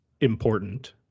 important